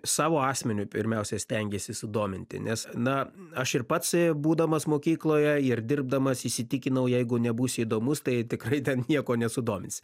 savo asmeniu pirmiausia stengiesi sudominti nes na aš ir pats būdamas mokykloje ir dirbdamas įsitikinau jeigu nebūsi įdomus tai tikrai ten nieko nesudominsi